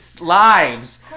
lives